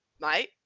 mate